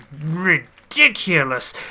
ridiculous